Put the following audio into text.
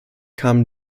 kam